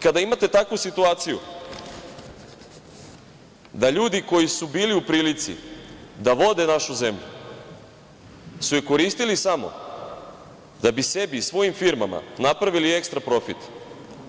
Kada imate takvu situaciju da ljudi koji su bili u prilici da vode našu zemlju su je koristili samo da bi sebi, svojim firmama napravili ekstra profit,